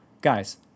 guys